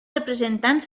representants